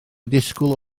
disgwyl